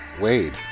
Wade